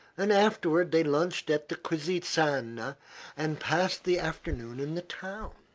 and afterward they lunched at the quisisana and passed the afternoon in the town.